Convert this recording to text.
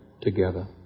together